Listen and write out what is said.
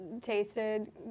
tasted